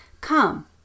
Come